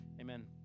Amen